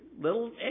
little